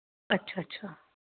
अच्छा अच्छा